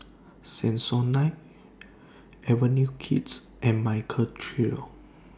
Samsonite Avenue Kids and Michael Trio